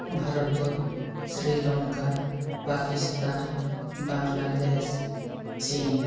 Bharat Sri Lanka Pakistan Bangladesh Chin